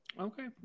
Okay